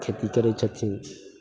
खेती करै छथिन